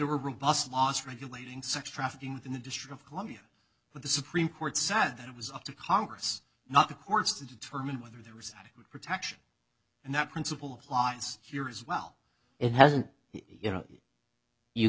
were repulsed last regulating sex trafficking in the district of columbia but the supreme court said that it was up to congress not the courts to determine whether the result of protection and that principle applies here as well it hasn't you know